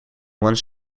one